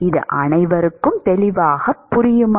இது அனைவருக்கும் தெளிவாகத் தெரியுமா